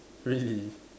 really